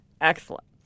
Excellent